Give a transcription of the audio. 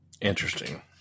Interesting